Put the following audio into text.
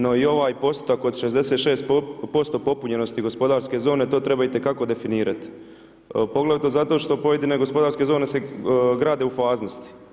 No i ovaj postotak od 66% popunjenosti gospodarske zone to treba itekako definirati poglavito zato što pojedine gospodarske zone se grade u faznosti.